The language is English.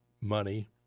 money